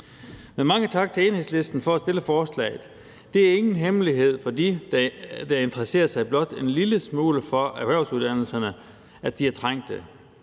Men mange tak til Enhedslisten for at fremsætte forslaget. Det er ingen hemmelighed for dem, der interesserer sig blot en lille smule for erhvervsuddannelserne, at de er trængt,